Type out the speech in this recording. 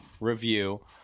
review